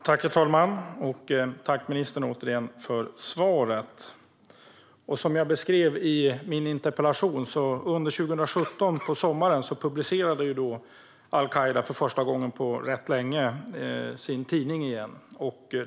Herr talman! Jag tackar än en gång ministern för svaret. Som jag beskrev i min interpellation publicerade al-Qaida under sommaren 2017, för första gången på rätt länge, återigen sin tidning.